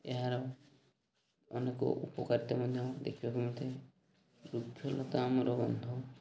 ଏହାର ଅନେକ ଉପକାରିତା ମଧ୍ୟ ଦେଖିବାକୁ ମିଳିଥାଏ ବୃକ୍ଷଲତା ଆମର ବନ୍ଧୁ